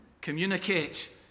communicate